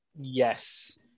Yes